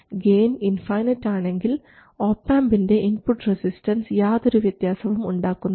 gain infinite ആണെങ്കിൽ ഒപാംപിൻറെ input resistance യാതൊരു വ്യത്യാസവും ഉണ്ടാക്കുന്നില്ല